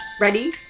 Ready